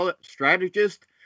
strategist